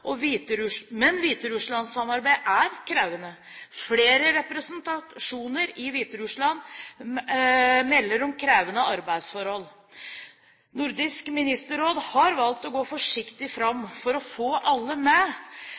er krevende. Fra flere representasjoner i Hviterussland melder man om krevende arbeidsforhold. Nordisk Ministerråd har valgt å gå forsiktig fram for å få alle med,